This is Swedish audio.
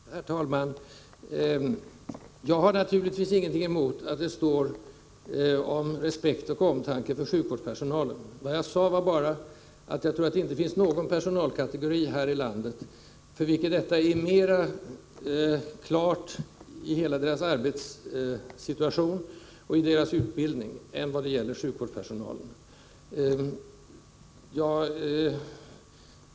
Herr talman! Jag har naturligtvis ingenting emot att det står om respekt och omtanke i föreskrifter för sjukvårdspersonalen. Vad jag sade var bara att jag tror att det inte finns någon personalkategori här i landet för vilken detta är mer naturligt på grund av deras utbildning och dagliga verksamhet än just sjukvårdens personal.